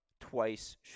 twice